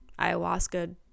ayahuasca